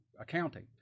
accounting